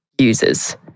users